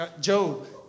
Job